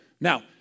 Now